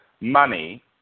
money